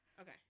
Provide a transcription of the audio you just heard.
Okay